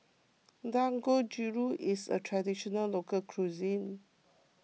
Dangojiru is a Traditional Local Cuisine